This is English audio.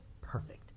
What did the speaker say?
Perfect